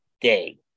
day